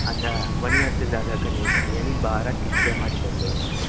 اچھا one year سے زیادہ کا نہیں بنے یعنی بارہ قسطیں ہماری بن جائیں گی